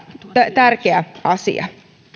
tärkeä asia